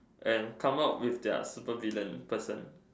and come up with their super villain person